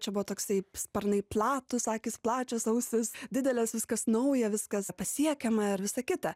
čia buvo toksai sparnai platūs akys plačios ausys didelės viskas nauja viskas pasiekiama ir visa kita